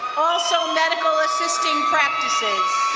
also medical assisting practices.